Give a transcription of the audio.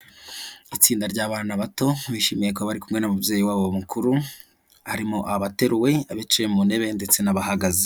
Itsinda ry'abana bato, bishimiye kuba bari kumwe n'umubyeyi wabo mukuru, harimo abateruwe, abicaye mu ntebe ndetse n'abahagaze.